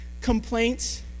complaints